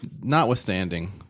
notwithstanding